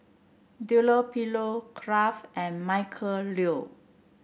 Dunlopillo Kraft and Michael Trio